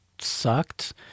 sucked